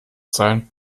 sein